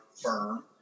firm